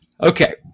Okay